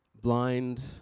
blind